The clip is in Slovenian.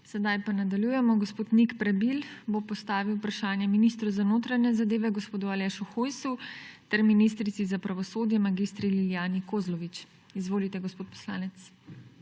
Sedaj pa nadaljujemo. Gospod Nik Prebil bo postavil vprašanje ministru za notranje zadeve gospodu Alešu Hojsu ter ministrici za pravosodje mag. Lilijani Kozlovič. Izvolite, gospod poslanec.